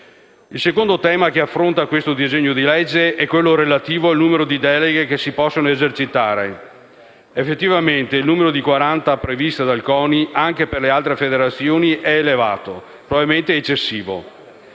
Il secondo tema che affronta questo disegno di legge è quello relativo al numero di deleghe che si possono esercitare. Effettivamente il numero di 40 previsto dal CONI anche per le altre federazioni, è elevato, probabilmente eccessivo.